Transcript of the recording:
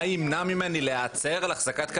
מה ימנע ממני להיעצר על החזקת קנביס?